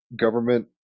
government